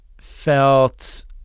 felt